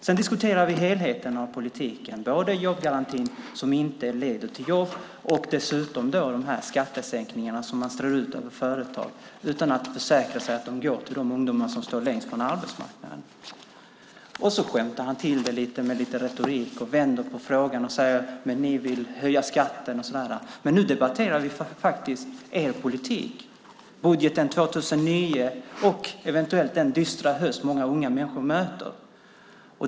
Sedan diskuterar vi helheten av politiken, både jobbgarantin, som inte leder till jobb, och de skattesänkningar som man strör ut över företag utan att försäkra sig om att insatserna går till de ungdomar som står längst från arbetsmarknaden. Så skämtar han till det hela med lite retorik. Han vänder på frågan och säger: Men ni vill ju höja skatten och så vidare. Nu debatterar vi faktiskt er politik, budgeten 2009 och den dystra höst som många unga människor möter.